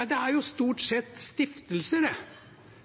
Det er stort sett stiftelser. Det er